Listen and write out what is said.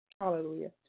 Hallelujah